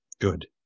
Good